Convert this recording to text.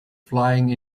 flying